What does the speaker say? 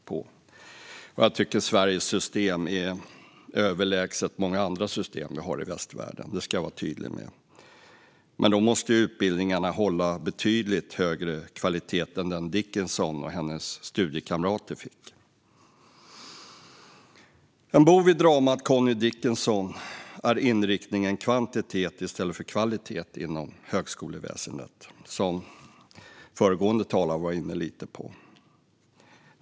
Jag tycker att Sveriges system är överlägset många andra system vi har i västvärlden. Det ska jag vara tydlig med. Men då måste utbildningarna hålla betydligt högre kvalitet än den Dickinson och hennes studiekamrater fick. En bov i dramat Connie Dickinson är inriktningen kvantitet i stället för kvalitet inom högskoleväsendet, som föregående talare var inne lite på.